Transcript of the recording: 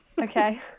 okay